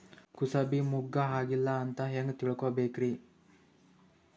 ಕೂಸಬಿ ಮುಗ್ಗ ಆಗಿಲ್ಲಾ ಅಂತ ಹೆಂಗ್ ತಿಳಕೋಬೇಕ್ರಿ?